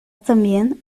también